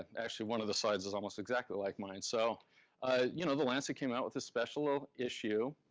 and actually, one of the slides is almost exactly like mine. so you know the lancet came out with a special issue.